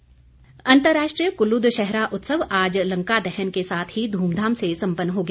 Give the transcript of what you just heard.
दशहरा अंतर्राष्ट्रीय कुल्लू दशहरा उत्सव आज लंका दहन के साथ ही ध्रमधाम से संपन्न हो गया